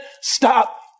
stop